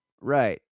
Right